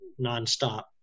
nonstop